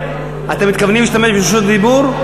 אתם מתכוונים להשתמש ברשות הדיבור?